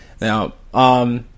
Now